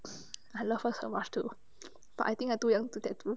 I love her so much too but I think I too young to tattoo